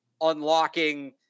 unlocking